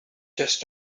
does